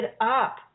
up